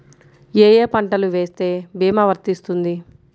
ఏ ఏ పంటలు వేస్తే భీమా వర్తిస్తుంది?